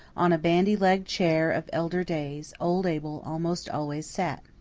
on a bandy-legged chair of elder days, old abel almost always sat.